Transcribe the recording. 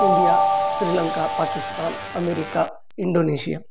Indonesia Sri Lanka Pakistan America Indonesia